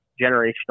generational